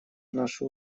наши